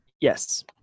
Yes